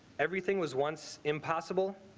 everything was once impossible